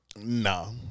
No